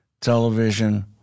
television